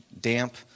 damp